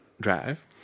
drive